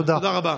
תודה רבה.